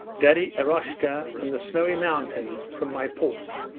daddy eroshka, and the snowy mountains, from my porch,